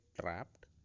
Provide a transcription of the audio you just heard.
trapped